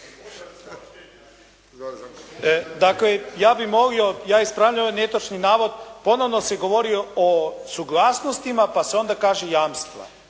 Dakle, ja bih molio, ja ispravljam netočni navod, ponovno se govori o suglasnostima pa se onda kaže jamstva.